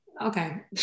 Okay